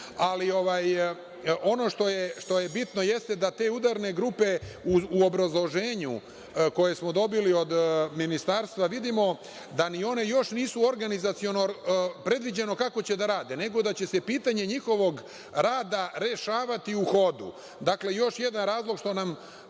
Ono što je bitno jeste da su te udarne grupe, u obrazloženju koje smo dobili od Ministarstva vidimo da nije organizaciono predviđeno kako će da rade, nego da će se pitanje njihovog rada rešavati u hodu. Dakle, još jedan razlog što nam